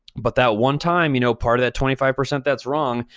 but that one time, you know, part of that twenty five percent that's wrong,